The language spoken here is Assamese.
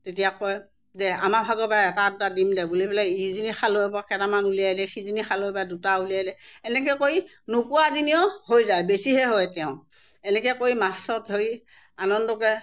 তেতিয়া কয় দে আমাৰ ভাগৰ পৰাই এটা দুটা দিম দে বুলি পেলাই ইজনী খালৈ পৰা কেটামান উলিয়াই সিজনী খালৈ পৰা দুটা উলিয়াই দিয়ে এনেকৈ কৰি নোপোৱা জনীও হৈ যায় বেছিহে হয় তেওঁ এনেকৈ কৰি মাছত ধৰি আনন্দকে